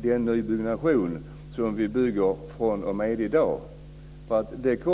den nybyggnation som sker fr.o.m. i dag.